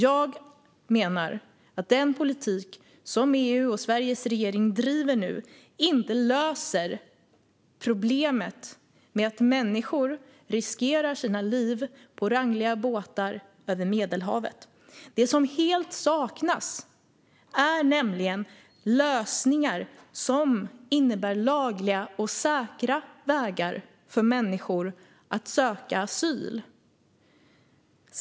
Jag menar att den politik som EU och Sveriges regering nu driver inte löser problemet med att människor riskerar sina liv på rangliga båtar över Medelhavet. Det som helt saknas är nämligen lösningar som innebär lagliga och säkra vägar för människor att söka asyl.